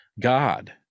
god